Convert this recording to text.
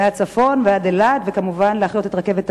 מהצפון ועד אילת, וכמובן להחיות את רכבת העמק.